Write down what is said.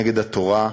נגד התורה,